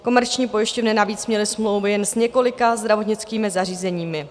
Komerční pojišťovny navíc měly smlouvy jen s několika zdravotnickými zařízeními.